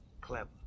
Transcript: Clever